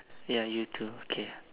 ya you too okay